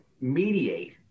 mediate